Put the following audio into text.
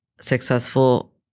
successful